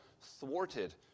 thwarted